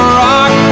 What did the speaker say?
rock